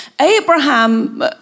Abraham